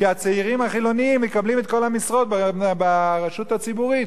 כי הצעירים החילונים מקבלים את כל המשרות ברשות הציבורית,